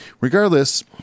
Regardless